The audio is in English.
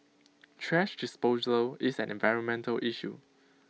thrash disposal is an environmental issue